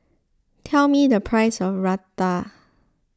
tell me the price of Raita